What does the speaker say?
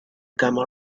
gamma